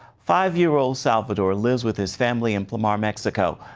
five year old salvador lives with his family in um um mexico,